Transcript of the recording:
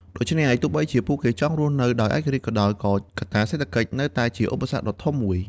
ដូច្នេះហើយ ទោះបីជាពួកគេចង់រស់នៅដោយឯករាជ្យក៏ដោយ ក៏កត្តាសេដ្ឋកិច្ចនៅតែជាឧបសគ្គដ៏ធំមួយ។